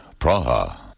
Praha